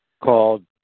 called